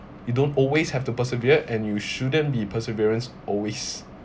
you don't always have to persevere and you shouldn't be perseverance always